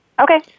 Okay